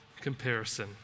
comparison